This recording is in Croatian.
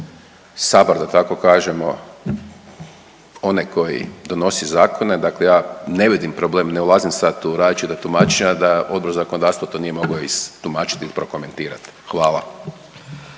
Sabor da tako kažemo onaj koji donosi zakone, dakle ja ne vidim problem ne ulazim sad tu u različita tumačenja da Odbor za zakonodavstvo to nije mogao istumačit il prokomentirat. Hvala.